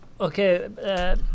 Okay